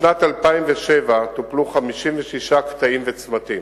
בשנת 2007 טופלו 56 קטעים וצמתים,